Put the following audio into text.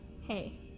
Hey